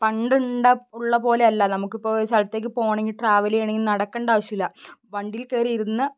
പണ്ട് ഉള്ള പോലെ അല്ല നമുക്ക് ഇപ്പോൾ ഒരു സ്ഥലത്തേക്ക് പോകണം എങ്കിൽ ട്രാവൽ ചെയ്യണം എങ്കിൽ നടക്കേണ്ട ആവശ്യമില്ല വണ്ടിയിൽ കയറി ഇരുന്ന്